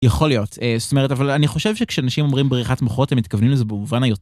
יכול להיות, זאת אומרת אבל אני חושב שכשאנשים אומרים בריחת מוחות הם מתכוונים לזה במובן היותר.